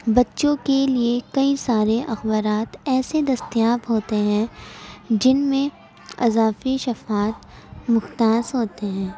بچوں کے لیے کئی سارے اخبارات ایسے دستیاب ہوتے ہیں جن میں اضافی شفات مختار ہوتے ہیں